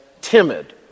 timid